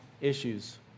issues